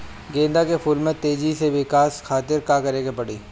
गेंदा के फूल में तेजी से विकास खातिर का करे के पड़ी?